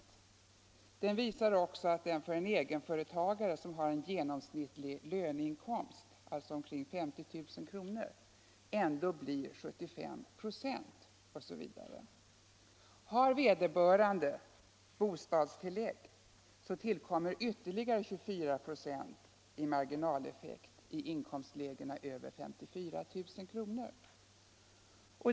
Tablån visar också att marginaleffekten för en egenföretagare som har en genomsnittlig löneinkomst, alltså omkring 50 000 kr., blir 75 26. Har vederbörande bostadstillägg, tillkommer ytterligare 24 96 i marginaleffekt i inkomstlägena över 54 000 kr.